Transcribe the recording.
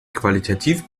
qualitativ